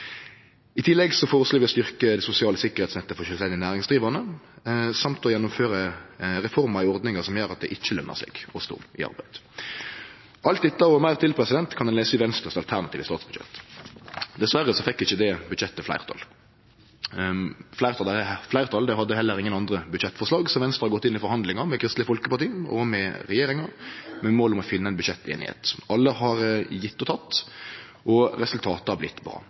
I tillegg føreslår vi å styrkje det sosiale sikkerheitsnettet for sjølvstendig næringsdrivande og å gjennomføre reformer i ordningar som gjer at det ikkje løner seg å stå i arbeid. Alt dette og meir til kan ein lese i Venstre sitt alternative statsbudsjett. Dessverre fekk ikkje det budsjettet fleirtal. Fleirtal hadde heller ingen andre budsjettforslag, så Venstre har gått inn i forhandlingar med Kristeleg Folkeparti og regjeringa med mål om å finne ei budsjetteinigheit. Alle har gjeve og teke, og resultatet har vorte bra